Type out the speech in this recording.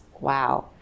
wow